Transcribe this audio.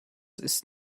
ist